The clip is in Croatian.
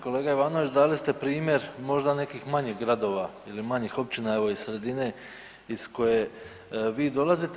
Kolega Ivanović, dali ste primjer možda nekih manjih gradova ili manjih općina evo iz sredine iz koje vi dolazite.